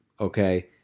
Okay